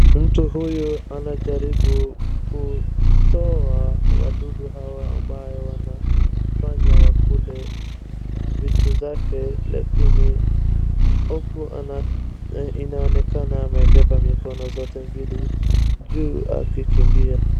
Mtu huyu anajaribu kutoa wadudu hawa ambayo wanafanya wakule vitu zake lakini huku ana, i, inaonekana amebeba mikono zote mbili juu akikimbia.